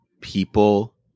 people